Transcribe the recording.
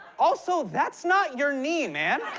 also, that's not your knee, man.